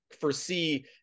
foresee